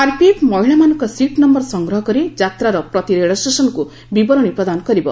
RPF ମହିଳାମାନଙ୍କ seat number ସଂଗ୍ରହ କରି ଯାତ୍ରାର ପ୍ରତି ରେଳଷ୍ଟେସନକୁ ବିବରଣୀ ପ୍ରଦାନ କରିବ